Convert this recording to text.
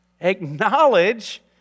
Acknowledge